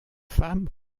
femme